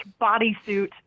bodysuit